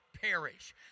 perish